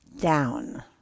Down